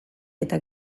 eta